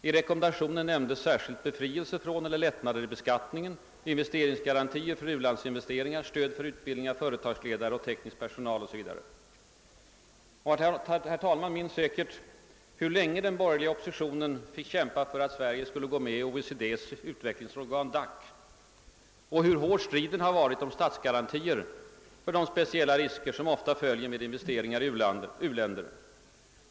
I rekommendationen nämndes särskilt befrielse från skatter eller lättnader i beskattningen, investeringsgarantier för u-landsinvesteringar, stöd för utbildning av företagsledare och teknisk personal o.s.v. Herr talmannen minns säkert hur länge den borgerliga oppositionen fick kämpa för att Sverige skulle gå med i OECD:s utvecklingsorgan DAC och hur hård striden har varit om statsgarantier för de speciella risker som oftast följer med investeringar i u-länder.